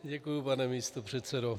Děkuji, pane místopředsedo.